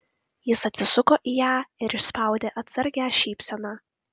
jis atsisuko į ją ir išspaudė atsargią šypseną